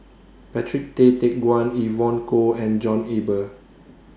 Patrick Tay Teck Guan Evon Kow and John Eber